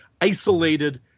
isolated